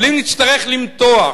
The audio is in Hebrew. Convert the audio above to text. אבל אם נצטרך למתוח